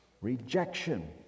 rejection